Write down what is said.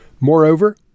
Moreover